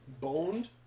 boned